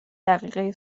دقیقه